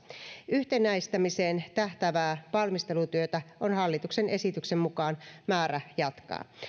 yhtenäistämiseen tähtäävää valmistelutyötä on hallituksen esityksen mukaan määrä jatkaa